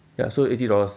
ya so eighty dollars